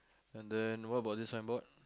and then what about this signboard